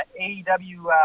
AEW